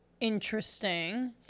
Interesting